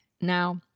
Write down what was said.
Now